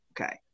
okay